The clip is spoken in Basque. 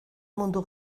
mundu